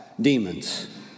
demons